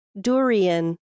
Durian